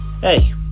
Hey